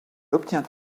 obtient